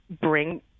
bring